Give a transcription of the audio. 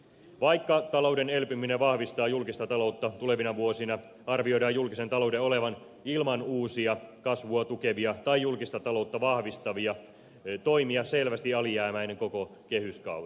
vaikka talouden elpyminen vahvistaa julkista taloutta tulevina vuosina arvioidaan julkisen talouden olevan ilman uusia kasvua tukevia tai julkista taloutta vahvistavia toimia selvästi alijäämäinen koko kehyskauden